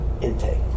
intake